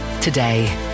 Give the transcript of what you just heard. today